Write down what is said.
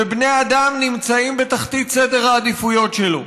ובני אדם נמצאים בתחתית סדר העדיפויות שלו.